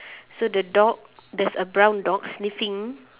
so the dog there's a brown dog sniffing